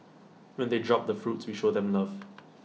when they drop the fruits we show them love